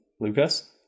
lucas